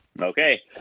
Okay